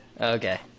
Okay